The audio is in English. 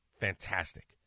fantastic